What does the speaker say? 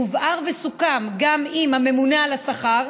הובהר וסוכם גם עם הממונה על השכר,